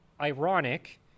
ironic